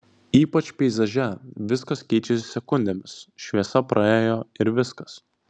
ypač peizaže viskas keičiasi sekundėmis šviesa praėjo ir viskas